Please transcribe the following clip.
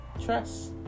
trust